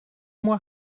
moi